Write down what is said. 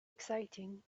exciting